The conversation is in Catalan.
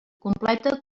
completa